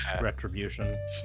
retribution